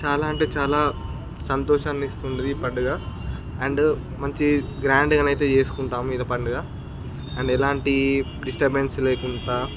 చాలా అంటే చాలా సంతోషాన్ని ఇస్తుంది ఈ పండుగ అండ్ మంచి గ్రాండ్గానైతే చేసుకుంటాము ఇది పండుగ అండ్ ఎలాంటి డిస్టర్బెన్స్ లేకుండా